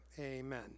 Amen